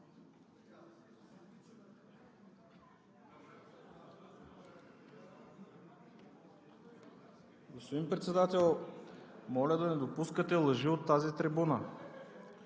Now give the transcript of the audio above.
Господин Председател, моля да не допускате лъжи от тази трибуна,